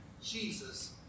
Jesus